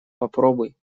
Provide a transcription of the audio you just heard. попробуй